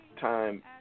time